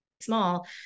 small